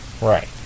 Right